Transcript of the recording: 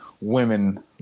women